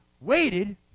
waited